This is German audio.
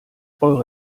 eure